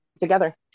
together